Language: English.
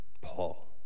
Paul